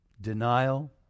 Denial